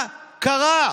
מה קרה?